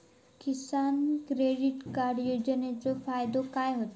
किसान credit card योजनेचो फायदो काय होता?